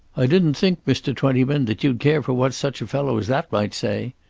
i didn't think, mr. twentyman, that you'd care for what such a fellow as that might say.